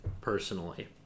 Personally